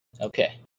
Okay